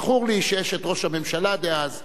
זכור לי שאשת ראש הממשלה דאז,